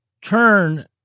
turn